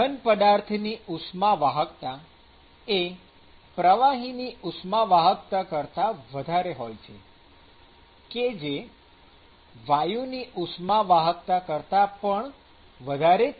ઘન પદાર્થની ઉષ્મા વહાકતા એ પ્રવાહીની ઉષ્મા વાહકતા કરતાં વધારે હોય છે કે જે વાયુની ઉષ્મા વાહકતા કરતાં પણ વધારે જ છે